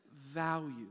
value